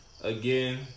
Again